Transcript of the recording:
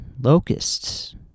locusts